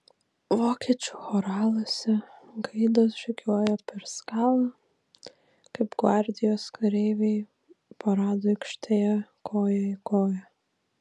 vokiečių choraluose gaidos žygiuoja per skalą kaip gvardijos kareiviai parado aikštėje koja į koją